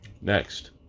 Next